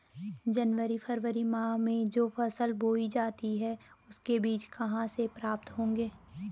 जनवरी फरवरी माह में जो फसल बोई जाती है उसके बीज कहाँ से प्राप्त होंगे?